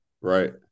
right